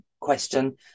question